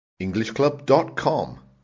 EnglishClub.com